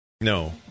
no